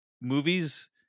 movies